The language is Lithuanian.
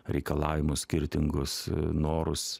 reikalavimus skirtingus norus